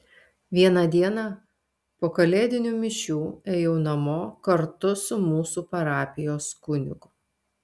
vieną dieną po kalėdinių mišių ėjau namo kartu su mūsų parapijos kunigu